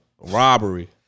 Robbery